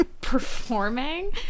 performing